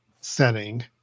setting